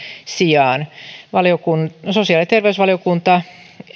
sijaan sosiaali ja terveysvaliokunta